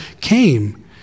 came